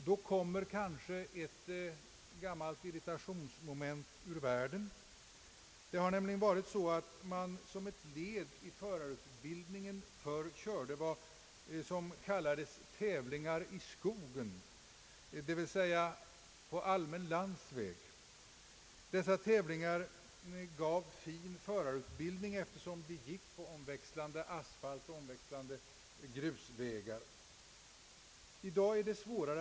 Därigenom bringas kanske ett irritationsmoment ur världen. Det har nämligen varit så att man förr som ett led i förarutbildningen körde vad som kallades »tävlingar i skogen», dvs. på allmän landsväg. Dessa tävlingar gav förarna en god utbildning, eftersom de kördes omväxlande på asfalterade vägar och grusvägar.